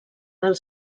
del